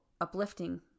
uplifting